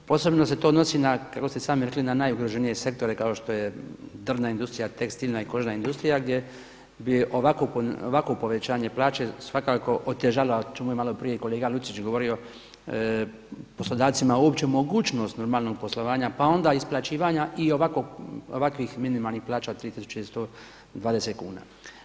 Posebno se to odnosi na kako ste sami rekli na najugroženije sektore kao što je drvna industrija, tekstilna i kožna industrija gdje je ovako povećanje plaće svakako otežalo, o čemu je malo prije kolega Lucić govorio poslodavcima uopće mogućnost normalnog poslovanja pa onda isplaćivanja i ovakvih minimalnih plaća od 3.120 kuna.